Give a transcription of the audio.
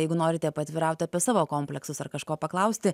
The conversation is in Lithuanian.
jeigu norite paatvirauti apie savo kompleksus ar kažko paklausti